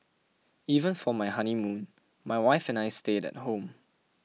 even for my honeymoon my wife and I stayed at home